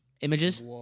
Images